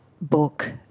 book